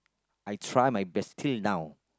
I try my best till now